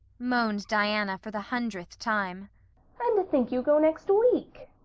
moaned diana for the hundredth time. and to think you go next week!